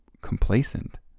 complacent